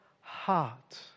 heart